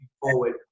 forward